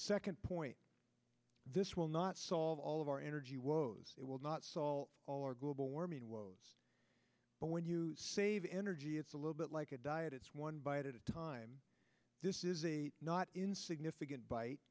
second point this will not solve all of our energy woes it will not solve global warming but when you save energy it's a little bit like a diet it's one bite at a time this is a not insignificant bite